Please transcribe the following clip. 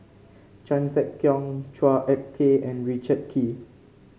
Chan Sek Keong Chua Ek Kay and Richard Kee